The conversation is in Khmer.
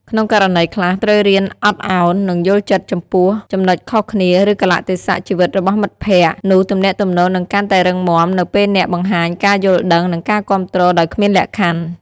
ក្នុងករណីខ្លះ ត្រូវរៀនអត់ឱន និងយល់ចិត្តចំពោះចំណុចខុសគ្នា ឬកាលៈទេសៈជីវិតរបស់មិត្តភក្តិ នោះទំនាក់ទំនងនឹងកាន់តែរឹងមាំនៅពេលអ្នកបង្ហាញការយល់ដឹង និងការគាំទ្រដោយគ្មានលក្ខខណ្ឌ។